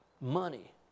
Money